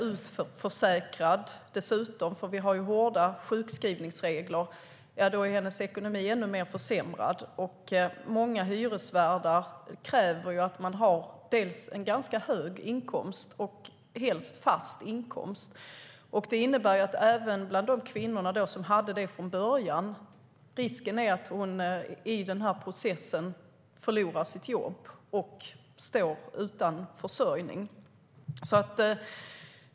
Blir hon dessutom utförsäkrad - vi har ju hårda sjukskrivningsregler - blir hennes ekonomi ännu mer försämrad. Många hyresvärdar kräver att man har en ganska hög inkomst, och det ska helst vara en fast inkomst. Risken är alltså att även den kvinna som hade det från början i den här processen förlorar sitt jobb och står utan försörjning.